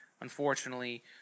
unfortunately